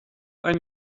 eine